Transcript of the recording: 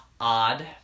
odd